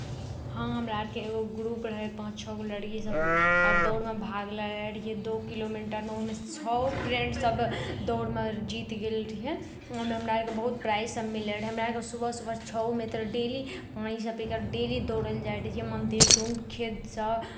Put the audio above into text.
हँ हमरा आरके एगो ग्रुप रहै पाँच छओ गो लड़कीसभ दौड़मे भाग लैत रहियै दू किलोमीटरमे ओहिमे छओ फ्रेंडसभ दौड़मे जीत गेल रहियै ओहिमे हमरा आरके बहुत प्राइजसभ मिललै रहै हमरा आरके सुबह सुबह छओ मित्र डेली वहींसँ डेली दौड़य लेल जाइत रहियै मन्दिरसभ खेतसभ